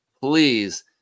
Please